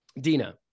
Dina